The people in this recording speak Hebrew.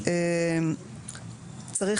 צריך,